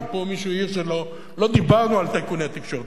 כי פה מישהו העיר שלא דיברנו על טייקוני התקשורת.